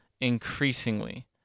increasingly